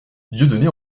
dieudonné